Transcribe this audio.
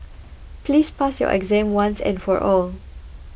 please pass your exam once and for all